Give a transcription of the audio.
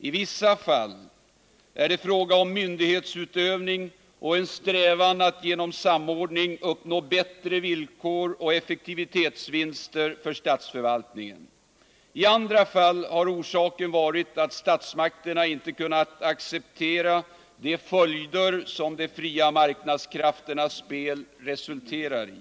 I vissa fall är det fråga om myndighetsutövning och en strävan att genom samordning uppnå bättre villkor och effektivitetsvinster för statsförvaltningen. I andra fall har orsaken varit att statsmakterna inte kunnat acceptera de följder som de fria marknadskrafternas spel resulterar i.